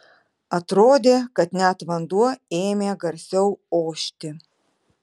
atrodė kad net vanduo ėmė garsiau ošti